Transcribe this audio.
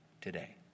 today